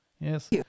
Yes